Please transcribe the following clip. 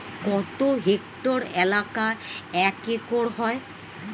কত হেক্টর এলাকা এক একর হয়?